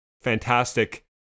fantastic